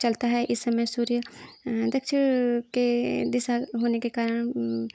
चलता है इस समय सूर्य दक्षिण के दिशा होने के कारण